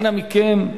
אנא מכם,